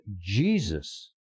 Jesus